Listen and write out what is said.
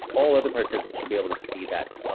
all other participants should be able to see that.